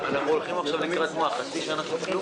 הישיבה ננעלה.